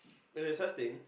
oh there is such thing